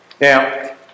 Now